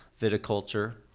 viticulture